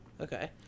Okay